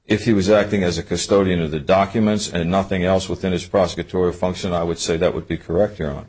if he was acting as a custodian of the documents and nothing else within his prosecutorial function i would say that would be correct here on